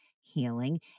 healing